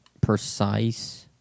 precise